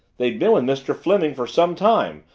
they'd been with mr. fleming for some time,